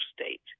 state